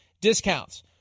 discounts